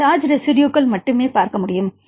மாணவர் சார்ஜ் ரெஸிட்யுகள் மட்டுமே பார்க்க நேரம் 0718